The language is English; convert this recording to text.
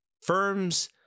Firms